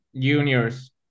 juniors